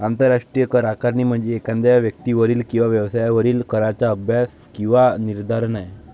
आंतरराष्ट्रीय करआकारणी म्हणजे एखाद्या व्यक्तीवरील किंवा व्यवसायावरील कराचा अभ्यास किंवा निर्धारण आहे